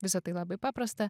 visa tai labai paprasta